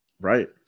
Right